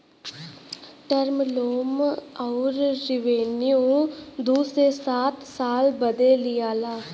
term loan अउर revenue दू से सात साल बदे लिआला